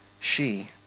she.